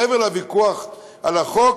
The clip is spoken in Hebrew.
מעבר לוויכוח על החוק,